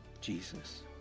Jesus